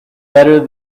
better